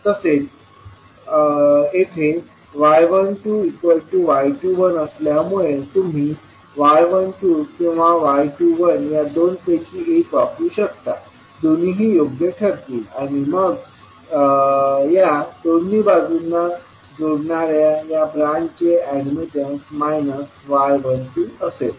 तसेच येथे y12y21असल्यामुळे तुम्ही y12 किंवा y21 या दोन पैकी एक वापरू शकता दोन्हीही योग्य ठरतील आणि मग या दोन्ही बाजूंना जोडणाऱ्या या ब्रांच चे अॅडमिटन्स y12असेल